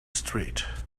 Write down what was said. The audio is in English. street